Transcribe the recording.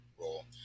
role